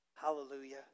Hallelujah